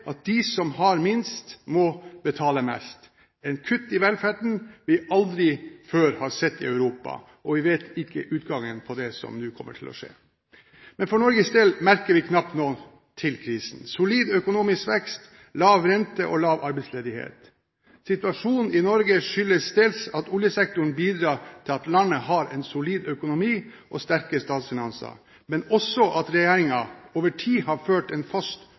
at de som har minst, må betale mest og kutt i velferden vi aldri før har sett i Europa. Vi vet ikke utgangen på det som nå skjer. Men for Norges del merker vi knapt noe til krisen. Vi har solid økonomisk vekst, lav rente og lav arbeidsledighet. Situasjonen i Norge skyldes dels at oljesektoren bidrar til at landet har en solid økonomi og sterke statsfinanser, men også at regjeringen over tid har ført en fast